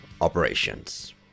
operations